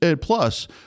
plus